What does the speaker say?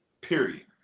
period